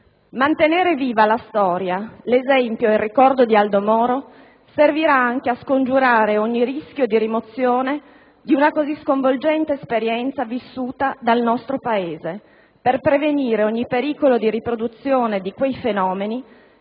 Mantenere viva la storia, l'esempio e il ricordo di Aldo Moro servirà anche a scongiurare ogni rischio di rimozione di una così sconvolgente esperienza vissuta dal nostro Paese; per prevenire ogni pericolo di riproduzione di quei fenomeni